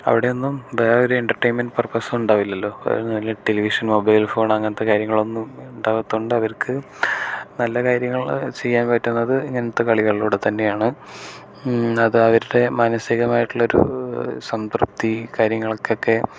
അവിടെയൊന്നും വേറൊരു entertainment പർപ്പസുണ്ടാവില്ലല്ലോ television mobile phone അങ്ങനത്തെ കാര്യങ്ങളൊന്നും ഉണ്ടാവാത്തോണ്ട് അവർക്ക് നല്ല കാര്യങ്ങൾ ചെയ്യാൻ പറ്റുന്നത് ഇങ്ങനത്തെ കളികളിലൂടെ തന്നെയാണ് അതവരുടെ മാനസികമായിട്ടുള്ള ഒരു സംതൃപ്തി കാര്യങ്ങൾക്കൊക്കെ